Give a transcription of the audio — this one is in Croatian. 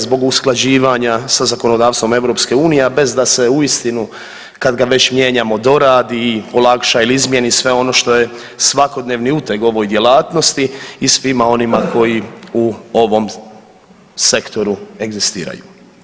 Zbog usklađivanja sa zakonodavstvom EU, a bez da se uistinu kad ga već mijenjamo doradi, olakša ili izmjeni sve ono što je svakodnevni uteg ovoj djelatnosti i svima onima koji u ovom sektoru egzistiraju.